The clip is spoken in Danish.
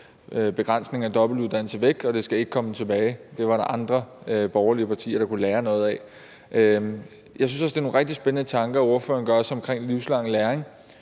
begrænsningen af dobbeltuddannelser nu skal væk, og at det ikke skal komme tilbage – det var der andre borgerlige partier der kunne lære noget af. Jeg synes også, det er nogle rigtig spændende tanker, ordføreren gør sig omkring livslang læring,